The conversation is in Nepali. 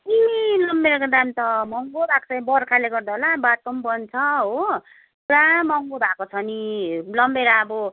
अपुई रमभेडाको दाम त महँगो भएको छ नि बर्खाले गर्दा होला बाटो पनि बन्द छ हो पुरा महँगो भएको छ नि रमभेडा अब